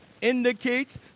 indicates